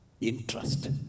interest